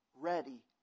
ready